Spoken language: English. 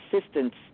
assistance